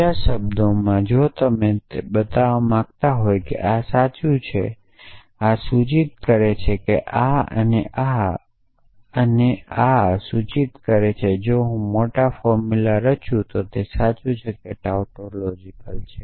બીજા શબ્દોમાં જો તમે બતાવવા માંગતા હો કે આ સાચું છે આ સૂચિત કરે છે કે કે આ અને આ અને આ અને આ સૂચિત કરે છે જો હું મોટો ફોર્મુલા રચું તો તે સાચું છે કે ટાટોલોજીકેકલ છે